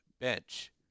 bench